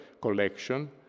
collection